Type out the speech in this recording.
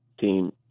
team